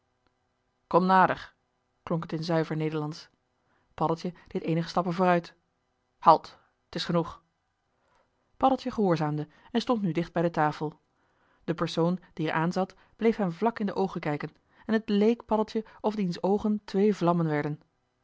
kom nader klonk het in zuiver nederlandsch paddeltje deed eenige stappen vooruit joh h been paddeltje de scheepsjongen van michiel de ruijter halt t is genoeg paddeltje gehoorzaamde en stond nu dicht bij de tafel de persoon die er aan zat bleef hem vlak in de oogen kijken en het leek paddeltje of diens oogen twee vlammen werden